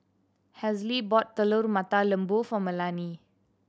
Hazle bought Telur Mata Lembu for Melany